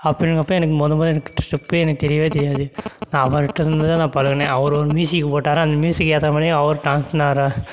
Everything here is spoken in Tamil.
அப்படிங்குறப்ப எனக்கு மொதல் மொதல் எனக்கு ஸ்டெப்பே எனக்கு தெரியவே தெரியாது நான் அவருகிட்ட இருந்து தான் நான் பழகுனேன் அவர் ஒரு மியூஸிக் போட்டாரா அந்த மியூஸிக்கு ஏற்ற மாதிரியும் அவர் டான்ஸ் நான்